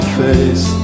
face